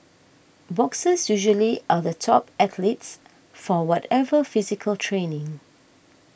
boxers usually are the top athletes for whatever physical training